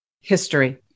History